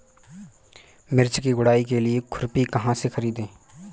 मिर्च की गुड़ाई के लिए खुरपी कहाँ से ख़रीदे?